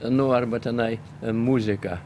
nu arba tenai muzika